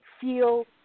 feel